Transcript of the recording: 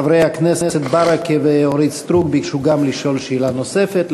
חברי הכנסת ברכה ואורית סטרוק ביקשו גם כן לשאול שאלה נוספת.